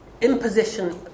imposition